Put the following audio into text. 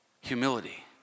Humility